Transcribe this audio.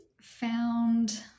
found